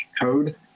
code